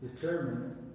determined